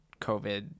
covid